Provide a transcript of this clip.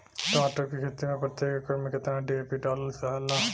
टमाटर के खेती मे प्रतेक एकड़ में केतना डी.ए.पी डालल जाला?